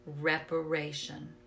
reparation